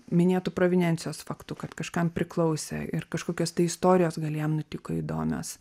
minėtu provinencijos faktu kad kažkam priklausė ir kažkokios tai istorijos gal jam nutiko įdomios